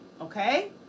okay